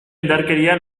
indarkeria